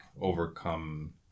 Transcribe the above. overcome